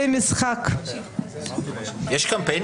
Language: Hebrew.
בלי לזלזל בו, הוא אמר שהוא לא תלמיד חכם.